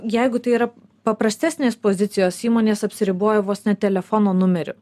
jeigu tai yra paprastesnės pozicijos įmonės apsiriboja vos ne telefono numeriu